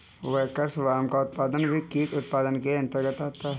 waxworm का उत्पादन भी कीट उत्पादन के अंतर्गत आता है